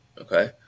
Okay